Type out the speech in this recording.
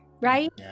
Right